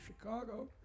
Chicago